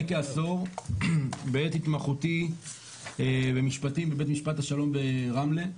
כעשור בעת התמחותי במשפטים בבית משפט השלום ברמלה.